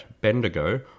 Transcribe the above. Bendigo